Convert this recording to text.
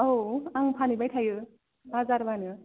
औ आं फानहैबाय थायो बाजारबानो